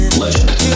legend